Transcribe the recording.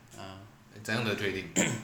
ah